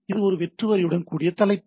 இது ஒரு வெற்று வரியுடன் கூடிய தலைப்பு